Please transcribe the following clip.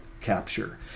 capture